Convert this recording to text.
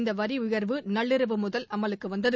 இந்த வரி உயர்வு நள்ளிரவு முதல் அமலுக்கு வந்தது